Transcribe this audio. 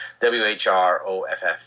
W-H-R-O-F-F